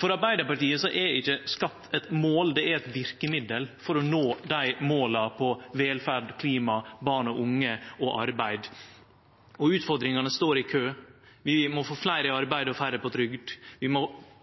For Arbeidarpartiet er ikkje skatt eit mål – det er eit verkemiddel for å nå måla på velferd, klima, barn og unge og arbeid. Utfordringane står i kø. Vi må få fleire i arbeid og færre på trygd, vi må